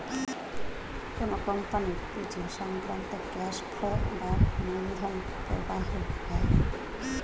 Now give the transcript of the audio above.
কোন কোম্পানির পুঁজি সংক্রান্ত ক্যাশ ফ্লো বা মূলধন প্রবাহ হয়